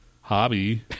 hobby